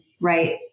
right